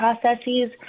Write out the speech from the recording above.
processes